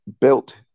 built